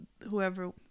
whoever